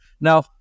Now